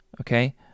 okay